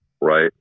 right